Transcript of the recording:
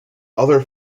other